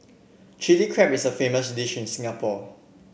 Chilli Crab is a famous dish in Singapore